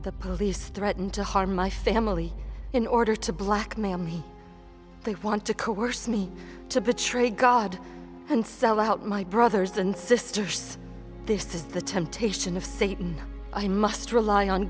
the police threaten to harm my family in order to blackmail me they want to coerce me to betray god and sell out my brothers and sisters this is the temptation of satan i must rely on